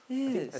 yes